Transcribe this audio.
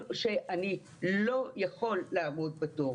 או שאני לא יכול לעמוד בתור.